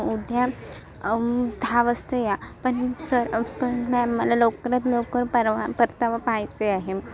उद्या दहा वाजता या पण सर पण मॅम मला लवकरात लवकर परवा परतावा पाहिजे आहे